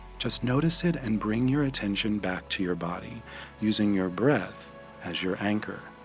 just notice it and bring your attention back to your body using your breath as your anchor.